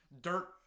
dirt